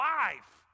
life